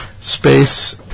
space